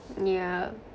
yeah